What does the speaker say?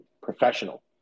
professional